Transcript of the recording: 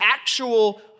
actual